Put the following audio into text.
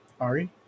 Ari